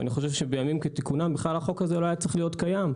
אני חושב שבימים כתיקונם החוק הזה בכלל לא היה צריך להיות קיים,